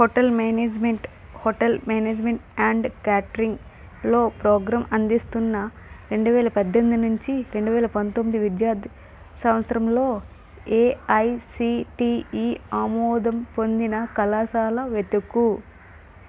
hotel management hotel management and కేటరింగ్లో programme అందిస్తున్న రెండు వేల పద్దెనిమిది నుంచి రెండు వేల పంతొమ్మిది విద్యా సంవత్సరంలో ఏఐసిటిఈ ఆమోదం పొందిన కళాశాల వెతుకు